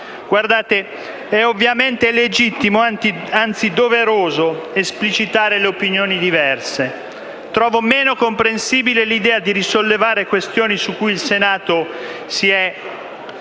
intervenuti. È ovviamente legittimo, anzi doveroso esplicitare le opinioni diverse, ma trovo meno comprensibile l'idea di risollevare questioni su cui il Senato si è